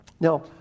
Now